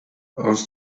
aus